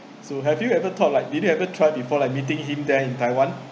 so have you ever thought like did you ever try before like meeting him there in taiwan